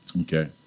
okay